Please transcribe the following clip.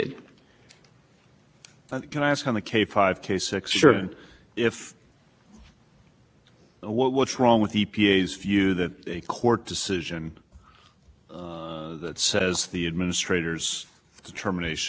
court decision provides the impetus for showing that it was in error at the time right i think if we had the initial decision in north carolina i meant it flowing from that that would make sense but again it's all it's all about the